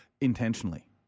intentionally